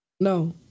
no